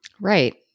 Right